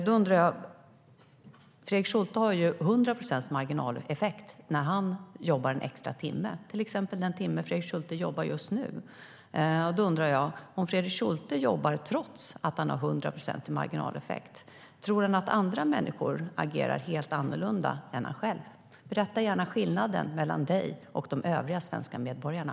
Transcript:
Fredrik Schulte har ju 100 procents marginaleffekt när han jobbar en extra timme, till exempel den timme han jobbar just nu. Då undrar jag: Om Fredrik Schulte jobbar trots att han har 100 procent i marginaleffekt, tror han att andra människor agerar helt annorlunda än han själv? Berätta gärna skillnaden mellan dig och övriga svenska medborgare!